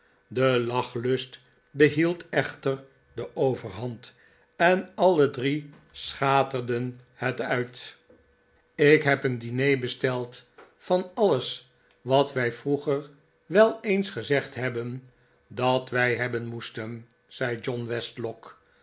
de lachlust behield echter de overhand en alle drie schaterden het uit ik heb een diner besteld van alles wat wij vroeger wel eens gezegd hebben dat wij hebben moesten zei john westlock